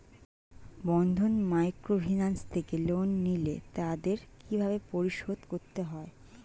বন্ধন microfinance থেকে loan নিলে তাদের কিভাবে পরিশোধ করতে হয়?